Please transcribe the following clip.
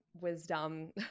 wisdom